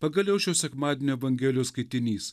pagaliau šio sekmadienio evangelijos skaitinys